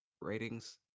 ratings